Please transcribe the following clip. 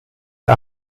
der